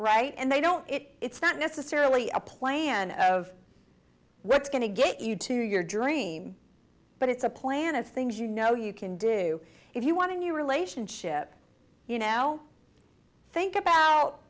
right and they don't it's not necessarily a plan of what's going to get you to your dream but it's a plan of things you know you can do if you want to new relationship you know think about